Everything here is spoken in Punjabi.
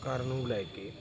ਘਰ ਨੂੰ ਲੈ ਕੇ